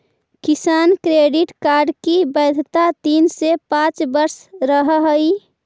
किसान credit card की वैधता तीन से पांच वर्ष रहअ हई